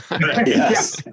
Yes